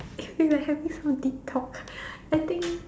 eh we like having some deep talk I think